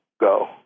go